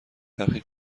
برخی